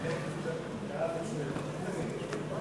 סעיפים 1 9